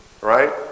right